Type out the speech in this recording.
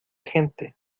gente